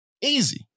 Easy